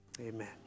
amen